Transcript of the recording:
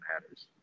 matters